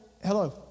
Hello